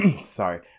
Sorry